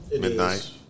midnight